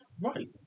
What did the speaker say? Right